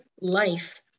life